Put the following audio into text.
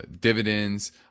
dividends